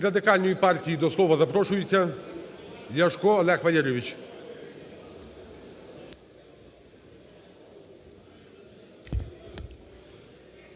Радикальної партії до слова запрошується Ляшко Олег Валерійович.